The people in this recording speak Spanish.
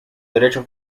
derecho